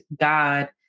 God